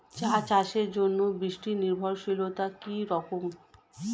চা চাষের জন্য বৃষ্টি নির্ভরশীলতা কী রকম?